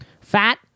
Fat